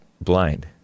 blind